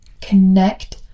Connect